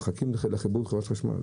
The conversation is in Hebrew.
הם מחכים לחיבור של חברת החשמל.